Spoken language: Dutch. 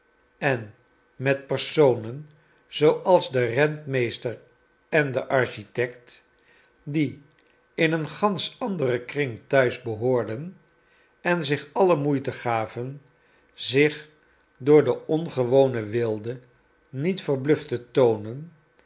en met personen zooals de rentmeester en de architect die in een gansch anderen kring thuis behoorden en zich alle moeite gaven zich door de ongewone weelde niet verbluft te toonen